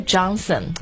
Johnson